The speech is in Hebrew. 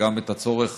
וגם את הצורך